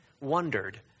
wondered